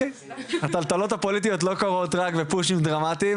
הטלטלות הפוליטיות לא קורות רק בפושים דרמטיים,